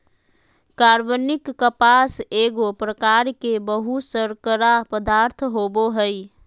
कार्बनिक कपास एगो प्रकार के बहुशर्करा पदार्थ होबो हइ